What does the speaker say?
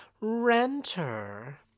renter